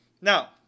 Now